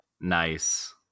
Nice